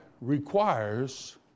requires